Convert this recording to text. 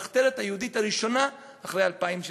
המחתרת היהודית הראשונה אחרי אלפיים שנה.